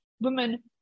women